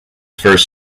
first